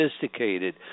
sophisticated